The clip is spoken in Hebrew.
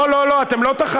לא, לא, לא, אתם לא תחמקו.